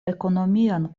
ekonomian